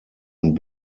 und